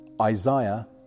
isaiah